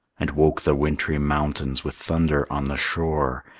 and woke the wintry mountains with thunder on the shore,